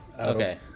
Okay